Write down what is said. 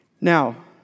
Now